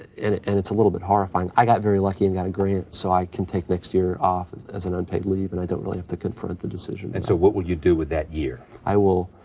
and and it's a little bit horrifying. i got very lucky and got a grant, so i can take next year off as as an unpaid leave and i don't really have to confront the decision. and so what will you do with that year? i will,